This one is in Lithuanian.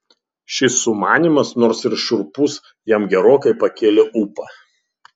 šis sumanymas nors ir šiurpus jam gerokai pakėlė ūpą